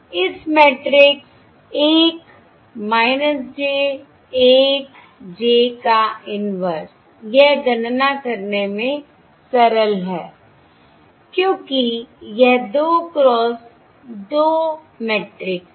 इस matrix 1 j 1 j का inverse यह गणना करने में सरल है क्योंकि यह 2 क्रॉस 2 मैट्रिक्स है